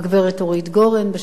בשבוע שעבר היא ישבה כאן.